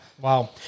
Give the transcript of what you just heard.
Wow